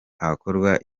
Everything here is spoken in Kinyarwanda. hakorwa